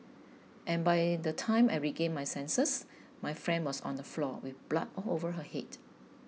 and by the time I regained my senses my friend was on the floor with blood all over her head